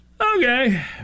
Okay